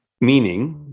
meaning